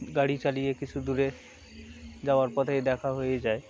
গাড়ি চালিয়ে কিছু দূরে যাওয়ার পথেই দেখা হয়ে যায়